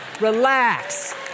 Relax